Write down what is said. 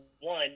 one